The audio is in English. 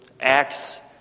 Acts